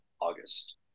August